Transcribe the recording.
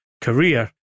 career